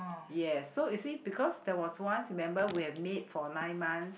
yes so you see because there was once you remember we have maid for nine months